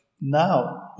Now